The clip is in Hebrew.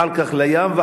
אחר כך לים,